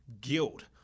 guilt